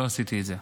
לא עשיתי את זה.